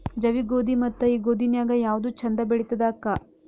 ಜವಿ ಗೋಧಿ ಮತ್ತ ಈ ಗೋಧಿ ನ್ಯಾಗ ಯಾವ್ದು ಛಂದ ಬೆಳಿತದ ಅಕ್ಕಾ?